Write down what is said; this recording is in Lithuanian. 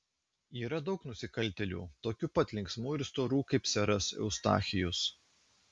yra daug nusikaltėlių tokių pat linksmų ir storų kaip seras eustachijus